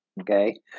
okay